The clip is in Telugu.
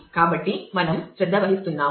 కాబట్టి మనం శ్రద్ధ వహిస్తున్నాము